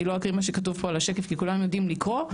אני לא אקריא מה שכתוב בשקף כי כולם יודעים לקרוא,